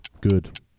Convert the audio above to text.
Good